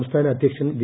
സംസ്ഥാന അധ്യക്ഷൻ വി